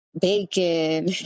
bacon